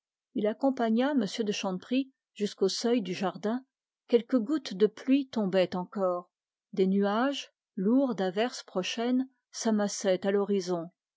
il accompagna m de chanteprie jusqu'au seuil du jardin quelques gouttes de pluie tombaient encore des nuages lourds d'averses prochaines s'amassaient à l'horizon